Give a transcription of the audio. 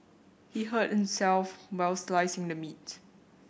he hurt himself while slicing the meat